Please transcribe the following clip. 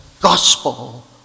gospel